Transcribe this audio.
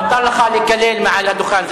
מותר לך לקלל מעל לדוכן.